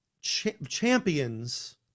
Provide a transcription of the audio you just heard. champions